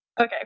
Okay